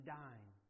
dying